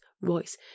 Royce